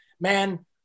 man